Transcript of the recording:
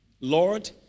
Lord